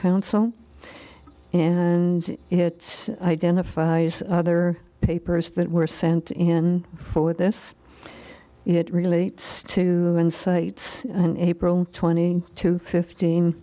counsel and it identifies other papers that were sent in for this it relates to the insights and april twenty to fifteen